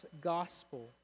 gospel